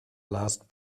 last